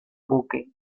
buque